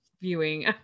viewing